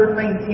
19